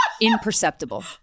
imperceptible